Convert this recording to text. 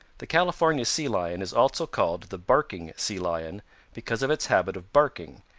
the california sea lion is also called the barking sea lion because of its habit of barking,